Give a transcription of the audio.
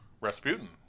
Rasputin